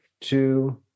Two